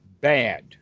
bad